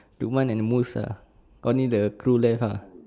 lukman and mus ah only the crew left ah